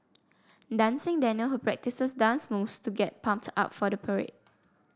dancing Daniel who practices dance moves to get pumps up for the parade